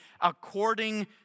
according